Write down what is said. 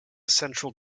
central